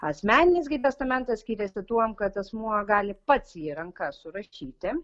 asmeninis gi testamentas skiriasi tuom kad asmuo gali pats jį ranka surašyti